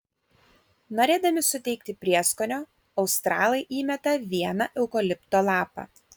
norėdami suteikti prieskonio australai įmeta vieną eukalipto lapą